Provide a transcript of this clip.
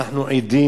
אנחנו עדים,